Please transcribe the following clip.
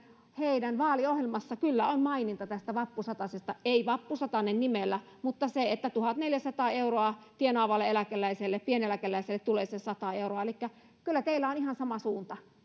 heidän vaaliohjelmassaan kyllä on maininta tästä vappusatasesta ei vappusatanen nimellä mutta siitä että tuhatneljäsataa euroa tienaavalle eläkeläiselle pieneläkeläiselle tulee se sata euroa elikkä kyllä teillä on ihan sama suunta